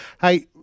Hey